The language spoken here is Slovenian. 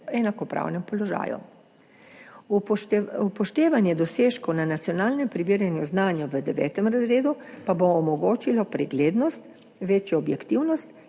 v neenakopravnem položaju. Upoštevanje dosežkov na nacionalnem preverjanju znanja v 9. razredu pa bo omogočilo preglednost, večjo objektivnost